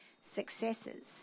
successes